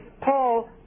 Paul